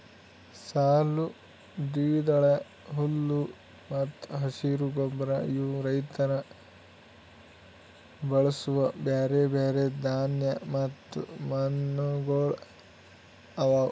ಸಾಲು, ದ್ವಿದಳ, ಹುಲ್ಲು ಮತ್ತ ಹಸಿರು ಗೊಬ್ಬರ ಇವು ರೈತ ಬಳಸೂ ಬ್ಯಾರೆ ಬ್ಯಾರೆ ಧಾನ್ಯ ಮತ್ತ ಮಣ್ಣಗೊಳ್ ಅವಾ